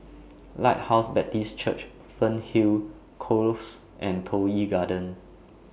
Lighthouse Baptist Church Fernhill Close and Toh Yi Garden